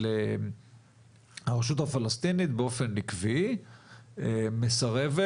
אבל הרשות הפלסטינית באופן עקבי מסרבת,